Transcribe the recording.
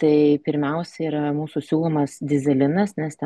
tai pirmiausia yra mūsų siūlomas dyzelinas neste